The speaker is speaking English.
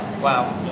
Wow